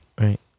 right